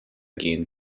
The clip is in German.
gehen